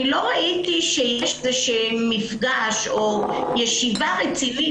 לא ראיתי שיש איזה מפגש או ישיבה רצינית,